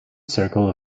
circle